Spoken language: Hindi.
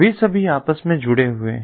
वे सभी आपस में जुड़े हुए हैं